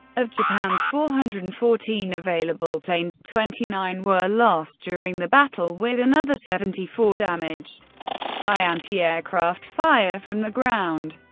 of japan's four hundred and fourteen available planes, twenty nine were lost during the battle, with another seventy four damaged by antiaircraft fire from the ground.